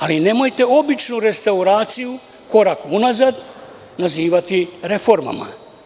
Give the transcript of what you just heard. Ali, nemojte običnu restauraciju, korak unazad, nazivati reformama.